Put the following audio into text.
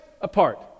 apart